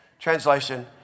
translation